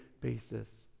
basis